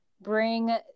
Bring